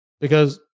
because-